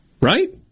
Right